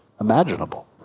imaginable